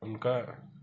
उनका